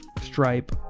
Stripe